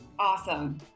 Awesome